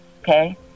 okay